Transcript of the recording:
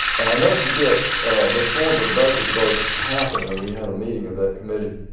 i'll never forget before the budget votes happened and we had a meeting of that committee,